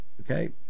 okay